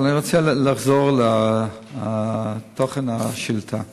אבל אני רוצה לחזור לתוכן השאילתה.